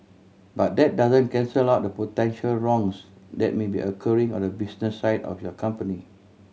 but that doesn't cancel out the potential wrongs that may be occurring on the business side of your company